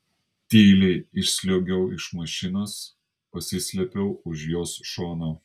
tyliai išsliuogiau iš mašinos pasislėpiau už jos šono